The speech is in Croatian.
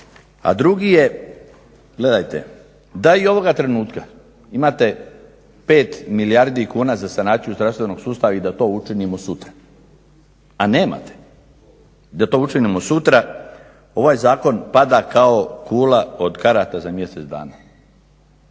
A drugi je, gledajte, da i ovoga trenutka imate 5 milijardi kuna za sanaciju zdravstvenog sustava i da to učinimo sutra, a nemate da to učinimo sutra, ovaj zakon pada kao kula od karata za mjesec dana.